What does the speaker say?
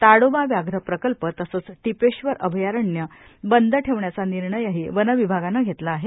ताडोबा व्याघ्र प्रकल्प तसंच टिपेश्वर अभयारण्य बंद ठेवण्याचा निर्णयही वनविभागानं घेतला आहे